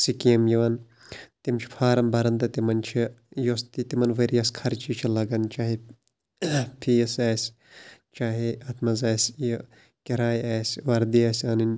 scheme یِوان تِم چھِ فارَم بَران تہٕ تِمَن چھُ یُس تہِ تِمَن ؤرۍیَس خَرچہِ چھُ لَگَان چاہے فیٖس آسہِ چاہے اَتھ منٛز آسہِ یہِ کِراے آسہِ وَردی آسہِ اَنٕنۍ